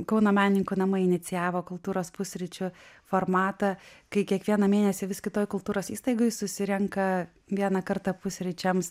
kauno menininkų namai inicijavo kultūros pusryčių formatą kai kiekvieną mėnesį vis kitoj kultūros įstaigoj susirenka vieną kartą pusryčiams